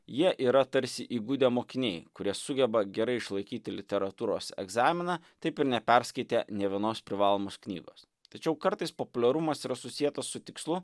jie yra tarsi įgudę mokiniai kurie sugeba gerai išlaikyti literatūros egzaminą taip ir neperskaitę nė vienos privalomos knygos tačiau kartais populiarumas yra susietas su tikslu